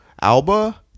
Alba